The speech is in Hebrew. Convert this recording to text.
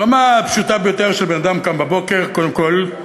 ברמה הפשוטה ביותר, שבן-אדם קם בבוקר, קודם כול,